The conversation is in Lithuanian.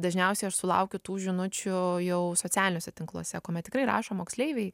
dažniausiai aš sulaukiu tų žinučių jau socialiniuose tinkluose kuomet tikrai rašo moksleiviai